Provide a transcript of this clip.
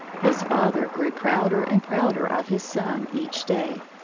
his father grew prouder and prouder of his son each day.